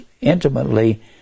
intimately